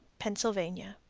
pennsylvania.